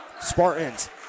Spartans